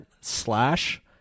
slash